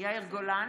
יאיר גולן,